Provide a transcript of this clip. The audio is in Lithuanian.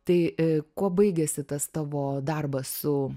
tai kuo baigėsi tas tavo darbas su